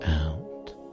out